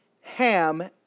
Ham